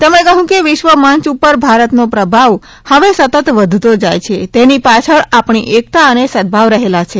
તેમણે કહ્યું કે વિશ્વમંચ ઉપર ભારતનો પ્રભાવ હવે સતત વધતો જાય છે તેની પાછળ આપણી એકતા અને સદભાવ રહેલો છે